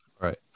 Right